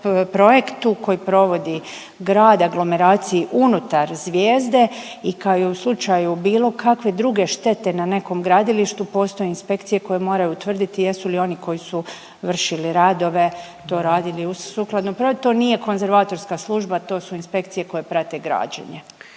projektu koji provodi Grad, aglomeraciji unutar Zvijezde i kao i u slučaju bilo kakve druge štete na nekom gradilištu, postoje inspekcije koje moraju utvrditi jesu li oni koji su vršili radove to radili uz sukladno projektu, to nije konzervatorska služba, to su inspekcije koje prate građenje.